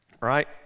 right